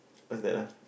what's that lah